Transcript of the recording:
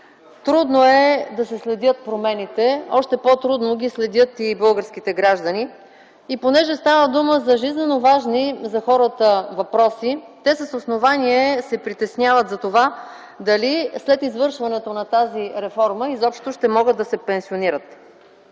Трудно е да се следят промените, още по трудно ги следят и българските граждани. Понеже става дума за жизнено важни за хората въпроси, те с основание се притесняват за това дали след извършването на тази реформа изобщо ще могат да се пенсионират.